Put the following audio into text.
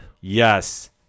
Yes